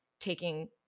Taking